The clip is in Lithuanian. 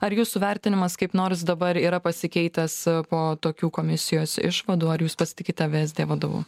ar jūsų vertinimas kaip nors dabar yra pasikeitęs po tokių komisijos išvadų ar jūs pasitikite vsd vadovu